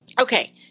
okay